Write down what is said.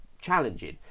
challenging